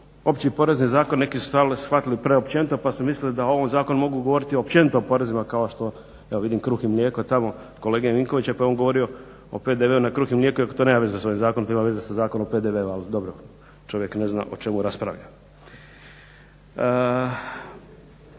Opći porezni zakon neki su shvatili preopćenito pa su mislili da o ovom zakonu mogu govoriti općenito o porezima kao što evo vidim kruh i mlijeko tamo kolege Vinkovića, pa je on govorio o PDV-u na kruh i mlijeko iako to nema veze sa ovim zakonom. To ima veze sa Zakonom o PDV-u. Ali dobro, čovjek ne zna o čemu raspravlja.